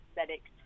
aesthetics